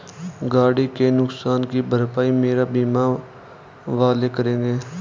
गाड़ी के नुकसान की भरपाई मेरे बीमा वाले करेंगे